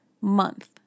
month